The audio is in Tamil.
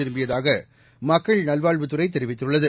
திரும்பியதாக மக்கள் நல்வாழ்வுத்துறை தெரிவித்துள்ளது